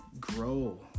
grow